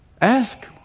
Ask